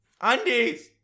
undies